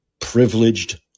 privileged